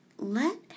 Let